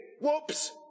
whoops